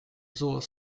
sowas